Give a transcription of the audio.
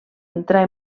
entrar